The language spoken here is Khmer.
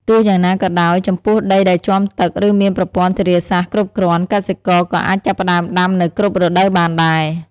ទោះយ៉ាងណាក៏ដោយ ចំពោះដីដែលជាំទឹក ឬមានប្រព័ន្ធធារាសាស្រ្តគ្រប់គ្រាន់ កសិករក៏អាចចាប់ផ្តើមដាំនៅគ្រប់រដូវបានដែរ។